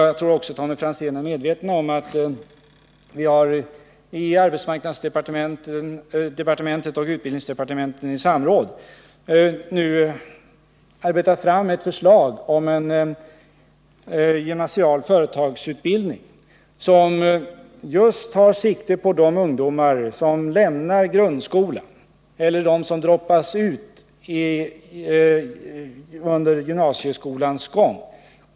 Jag tror också att Tommy Franzén är medveten om att vi i arbetsmarknadsdepartementet och utbildningsdepartementet i samråd nu har arbetat 45 fram ett förslag om en gymnasial företagsutbildning som just tar sikte på de ungdomar som lämnar grundskolan eller hoppar av i gymnasieskolan.